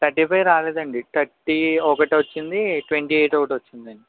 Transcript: thirty five రాలేదండి thirty ఒకటి వచ్చింది ట్వంటీ ఎయిట్ ఒకటి వచ్చిందండి